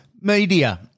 Media